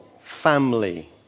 family